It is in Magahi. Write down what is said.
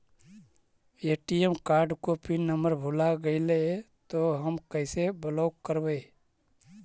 ए.टी.एम कार्ड को पिन नम्बर भुला गैले तौ हम कैसे ब्लॉक करवै?